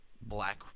black